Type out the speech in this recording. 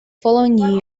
following